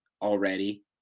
already